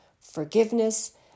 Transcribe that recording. forgiveness